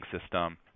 system